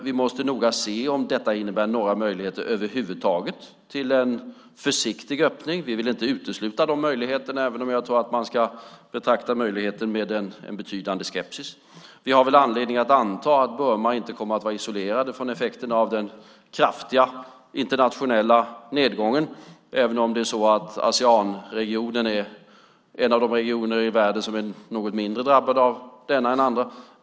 Vi måste noga se om detta innebär några möjligheter över huvud taget till en försiktig öppning. Vi vill inte utesluta de möjligheterna, även om jag tror att man ska betrakta möjligheten med en betydande skepsis. Vi har anledning att anta att Burma inte kommer att vara isolerat av effekterna av den kraftiga internationella nedgången, även om Aseanregionen är en av de regioner i världen som är något mindre drabbad av denna än andra.